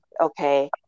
okay